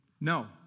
no